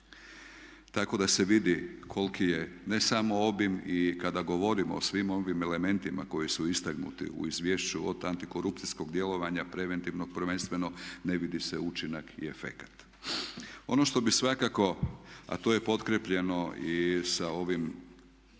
Tako da se vidi koliki je ne samo obim i kada govorimo o svim ovim elementima koji su istaknuti u izvješću od antikorupcijskog djelovanja, preventivnog prvenstveno ne vidi se učinak i efekat. Ono što bi svakako a to je potkrijepljeno i sa ovim